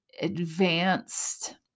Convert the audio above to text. advanced